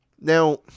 Now